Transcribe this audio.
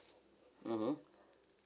mmhmm